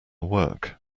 work